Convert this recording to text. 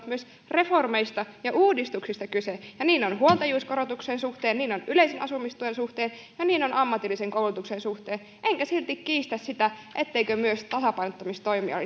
myös reformeista ja uudistuksista kyse niin on huoltajuuskorotuksen suhteen niin on yleisen asumistuen suhteen ja niin on ammatillisen koulutuksen suhteen enkä silti kiistä sitä etteikö myös tasapainottamistoimia